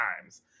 times